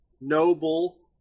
Noble